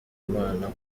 imana